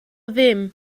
ddim